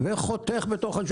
וחותך בו".